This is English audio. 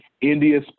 India